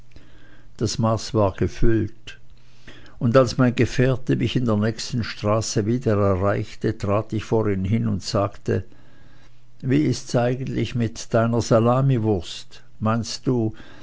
das maß war gefüllt und als mein gefährte mich in der nächsten straße wieder erreichte trat ich vor ihn hin und sagte wie ist's eigentlich mit deiner salamiwurst meinst du